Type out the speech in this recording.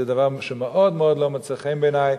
זה דבר שמאוד לא מוצא חן בעיני.